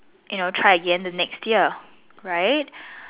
you know try again the next year right